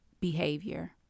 behavior